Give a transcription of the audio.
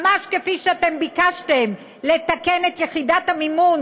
ממש כפי אתם ביקשתם לתקן את יחידת המימון